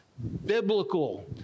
biblical